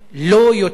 לא יותר